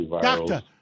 doctor